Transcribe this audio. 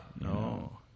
No